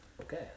okay